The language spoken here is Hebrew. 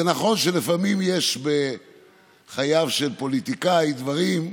זה נכון שלפעמים יש בחייו של פוליטיקאי דברים,